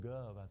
Gov